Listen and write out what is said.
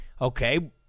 Okay